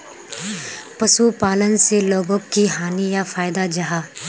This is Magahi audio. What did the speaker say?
पशुपालन से लोगोक की हानि या फायदा जाहा?